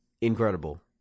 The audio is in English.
Incredible